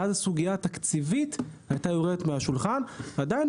ואז הסוגיה תקציבית הייתה יורדת מהשולחן ועדיין